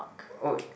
oh